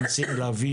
ומצד שני ההנגשה.